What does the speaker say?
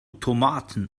tomaten